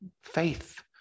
Faith